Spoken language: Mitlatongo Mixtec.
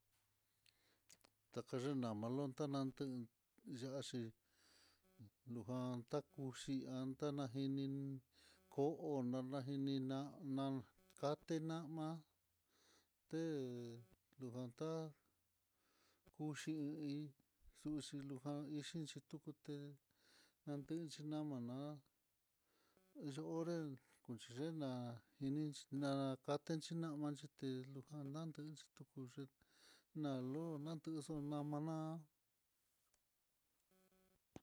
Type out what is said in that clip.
Takaxhi ama lonta'a nanten ya'á, xhi luujan ta'á kuxhi anta najini iin ko'o nonajini na'á nankatenan, ma té lujantá kuxhi hí xuxhi lujan ixhi xhitukuté ndadinxhi nama na'á yo onré konxhi xhina'á, jinixi kate xhinamate luu janan kutuxhi nalu natuxu nama ná.